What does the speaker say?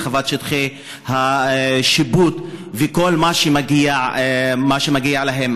הרחבת שטחי השיפוט וכל מה שמגיע להם.